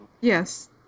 Yes